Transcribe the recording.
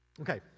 Okay